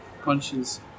conscience